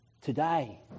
Today